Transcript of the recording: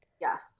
Yes